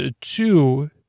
Two